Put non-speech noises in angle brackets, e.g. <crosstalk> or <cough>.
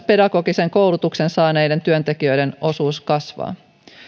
<unintelligible> pedagogisen koulutuksen saaneiden työntekijöiden osuus kasvaa